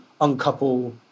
uncouple